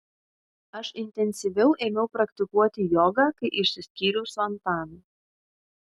aš intensyviau ėmiau praktikuoti jogą kai išsiskyriau su antanu